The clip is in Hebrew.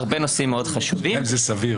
הרבה נושאים מאוד חשובים יעלו בו.